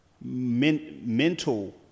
mental